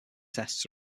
tests